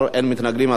13 בעד, אין מתנגדים.